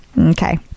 Okay